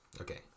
okay